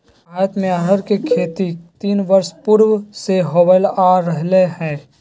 भारत में अरहर के खेती तीन हजार वर्ष पूर्व से होल आ रहले हइ